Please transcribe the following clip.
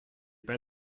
pas